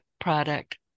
product